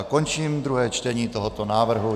Končím druhé čtení tohoto návrhu.